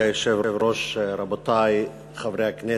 מכובדי היושב-ראש, רבותי חברי הכנסת,